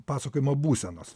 pasakojimo būsenos